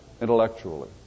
intellectually